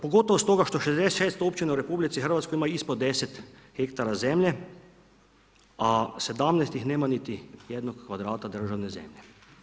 Pogotovo stoga što 66 općina u RH ima ispod 10 hektara zemlje a 17 ih nema niti jednog kvadrata državne zemlje.